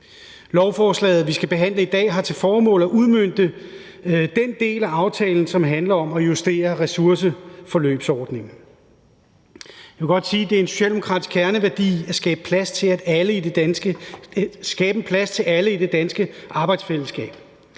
Lovforslaget, vi skal behandle i dag, har til formål at udmønte den del af aftalen, som handler om at justere ressourceforløbsordningen. Jeg vil godt sige, at det er en socialdemokratisk kerneværdi at skabe en plads til alle i det danske arbejdsfællesskab.